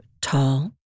tall